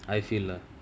I feel lah